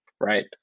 right